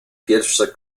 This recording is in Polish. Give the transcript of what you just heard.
pierwsze